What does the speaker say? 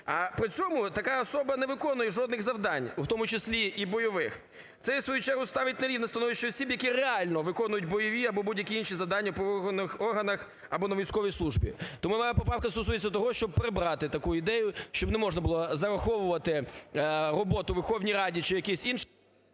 При цьому така особа не виконує жодних завдань, в тому числі і бойових. Це в свою чергу ставить в нерівне становище осіб, які реально виконують бойові, або будь-які інші завдання в правоохоронних органах, або на військовій службі. Тому моя поправка стосується того, щоб прибрати таку ідею, щоб не можна було зараховувати роботу у Верховній Раді чи в якісь інші…